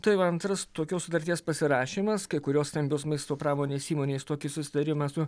tai jau antras tokios sutarties pasirašymas kai kurios stambios maisto pramonės įmonės tokį susitarimą su